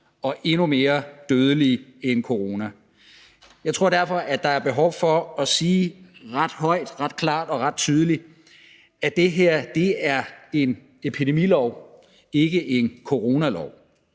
og endnu mere dødelig end corona. Jeg tror derfor, at der er behov for at sige ret højt, ret klart og ret tydeligt, at det her er en epidemilov, ikke en coronalov.